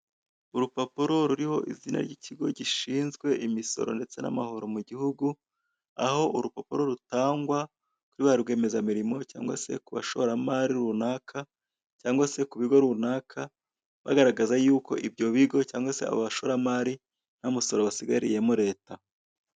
Urupapuro ruriho izina ry'ikigo gishinzwe imisoro ndetse namahoro mugihugu aho urupapuro rutangwa kuri ba rwiyemezamirimo cyangwa se kubashoramari runaka cyangwa se kubigo runaka bagaragaza yuko ibyo bigo cyangwa se abobashoramari ntamusoro basigariyemo Leta.